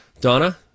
Donna